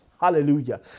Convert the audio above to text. Hallelujah